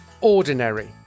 ordinary